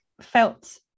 felt